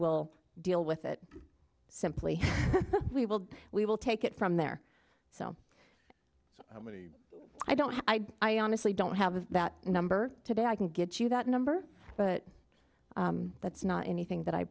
will deal with it simply we will we will take it from there so when i don't i honestly don't have that number today i can get you that number but that's not anything that i